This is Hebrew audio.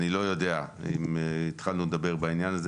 אני לא יודע אם התחלנו לדבר בעניין הזה